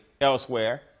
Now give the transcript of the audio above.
elsewhere